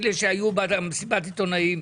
אלה שהיו במסיבת העיתונאים,